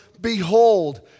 Behold